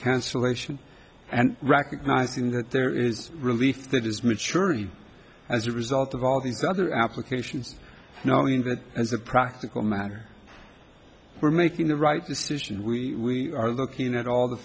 cancellation and recognizing that there is relief that is maturity as a result of all these other applications knowing that as a practical matter we're making the right decision we are looking at all the